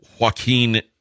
Joaquin